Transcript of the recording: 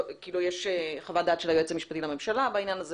יש חוות דעת של היועץ המשפטי לממשלה בעניין הזה